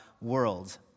world